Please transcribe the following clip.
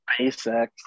SpaceX